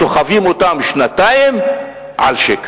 סוחבים אותם שנתיים על שקר.